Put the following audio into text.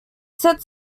said